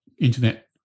internet